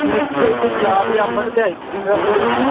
ਮਿੱਠੇ 'ਚ ਗੁਲਾਬ ਜਾਮਣ ਅਤੇ ਆਈਸਕ੍ਰੀਮ ਰੱਖ ਲਿਓ ਜੀ